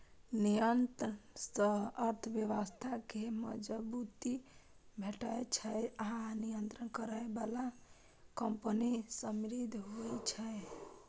निर्यात सं अर्थव्यवस्था कें मजबूती भेटै छै आ निर्यात करै बला कंपनी समृद्ध होइ छै